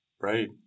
Right